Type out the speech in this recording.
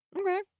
Okay